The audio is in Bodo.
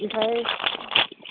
इनिफ्राय